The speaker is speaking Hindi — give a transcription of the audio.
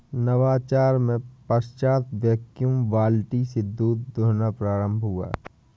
नवाचार के पश्चात वैक्यूम बाल्टी से दूध दुहना प्रारंभ हुआ